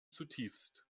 zutiefst